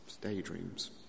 daydreams